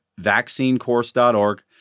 vaccinecourse.org